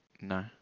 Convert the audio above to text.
No